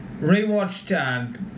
rewatched